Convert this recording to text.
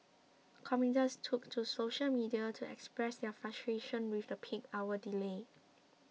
commuters took to social media to express their frustration with the peak hour delay